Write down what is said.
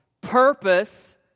Purpose